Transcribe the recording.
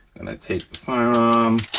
gonna take the firearm.